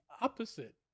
opposite